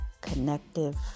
Connective